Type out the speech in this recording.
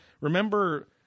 remember